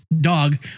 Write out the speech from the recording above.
dog